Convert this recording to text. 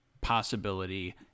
possibility